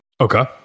Okay